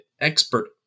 expert